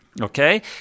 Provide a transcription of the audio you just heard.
okay